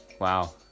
Wow